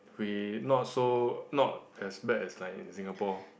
we not so not as bad as like in Singapore